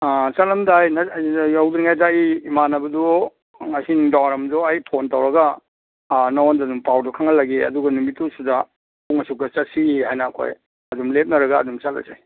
ꯑꯥ ꯆꯠꯂꯝꯗꯥꯏ ꯌꯧꯗ꯭ꯔꯤꯉꯩꯗ ꯑꯩ ꯏꯃꯥꯟꯅꯕꯗꯨ ꯉꯁꯤ ꯅꯨꯡꯗꯥꯡ ꯋꯥꯏꯔꯝꯗꯨ ꯑꯩ ꯐꯣꯟ ꯇꯧꯔꯒ ꯑꯥ ꯅꯪꯉꯣꯟꯗ ꯑꯗꯨꯝ ꯄꯥꯎꯗꯨ ꯈꯪꯍꯜꯂꯒꯦ ꯑꯗꯨꯒ ꯅꯨꯃꯤꯠꯇꯨ ꯁꯤꯗ ꯄꯨꯡ ꯑꯁꯨꯛꯇ ꯆꯠꯁꯤ ꯍꯥꯏꯅ ꯑꯩꯈꯣꯏ ꯑꯗꯨꯝ ꯂꯦꯞꯅꯔꯒ ꯑꯗꯨꯝ ꯆꯠꯂꯁꯦ